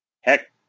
Heck